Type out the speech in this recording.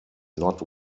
not